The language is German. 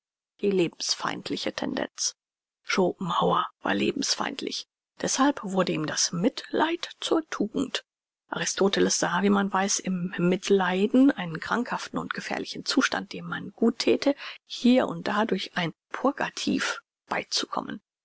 die lebensfeindliche tendenz schopenhauer war lebensfeindlich deshalb wurde ihm das mitleid zur tugend aristoteles sah wie man weiß im mitleiden einen krankhaften und gefährlichen zustand dem man gut thäte hier und da durch ein purgativ beizukommen